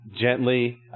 gently